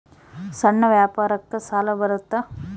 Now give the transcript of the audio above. ಸಣ್ಣ ವ್ಯಾಪಾರಕ್ಕ ಸಾಲ ಬರುತ್ತಾ?